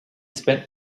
spent